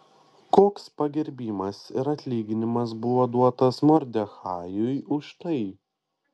koks pagerbimas ir atlyginimas buvo duotas mordechajui už tai